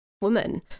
woman